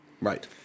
Right